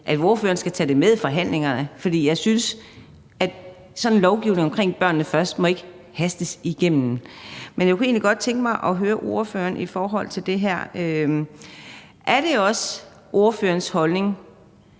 at ordføreren skal tage det med i forhandlingerne, for jeg synes ikke, at sådan en lovgivning, der handler om »Børnene først«, må hastes igennem. Men jeg kunne egentlig godt tænke mig at høre ordføreren i forhold til det her: Er det også ordførerens holdning,